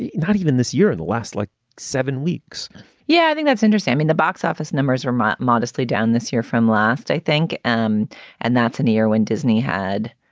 not even this year and the last like seven weeks yeah, i think that's understanding the box office numbers are more modestly down this year from last, i think. and and that's near when disney had,